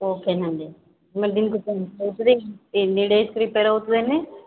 okay అండి మరి దీనికి ఇప్పుడు ఎన్ని డేస్కి రిపేర్ అవుతుంది అండి